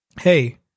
Hey